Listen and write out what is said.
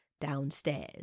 downstairs